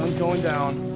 going down.